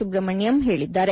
ಸುಬ್ರಮಣೆಯಂ ಹೇಳಿದ್ದಾರೆ